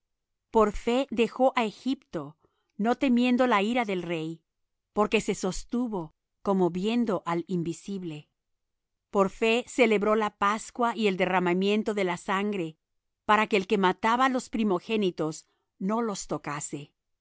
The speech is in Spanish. por fe dejó á egipto no temiendo la ira del rey porque se sostuvo como viendo al invisible por fe celebró la pascua y el derramamiento de la sangre para que el que mataba los primogénitos no los tocase